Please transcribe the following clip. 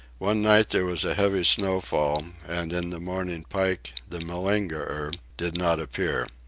one night there was a heavy snowfall, and in the morning pike, the malingerer, did not appear.